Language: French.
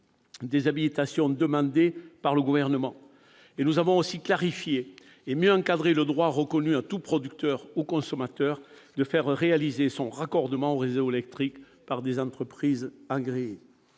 des habilitations demandées par le Gouvernement. Nous avons aussi clarifié et mieux encadré le droit reconnu à tout producteur ou consommateur de faire réaliser son raccordement au réseau électrique par des entreprises agréées.